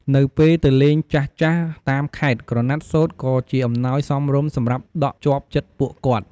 នៅពេលទៅ លេងចាស់ៗតាមខេត្ត ក្រណាត់សូត្រក៏ជាអំណោយសមរម្យសម្រាប់ដក់ជាប់ចិត្តពួកគាត់។